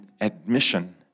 admission